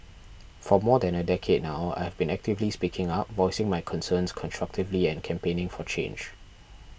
for more than a decade now I've been actively speaking up voicing my concerns constructively and campaigning for change